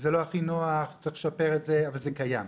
זה לא הכי נוח, צריך לשפר את זה, אבל זה קיים.